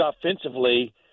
offensively